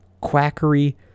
Quackery